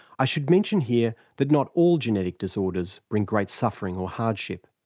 i should mention here that not all genetic disorders bring great suffering or hardship.